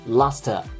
luster